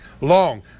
long